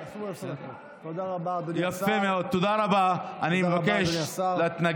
תודה רבה, אדוני השר.